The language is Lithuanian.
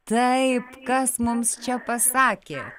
taip kas mums čia pasakė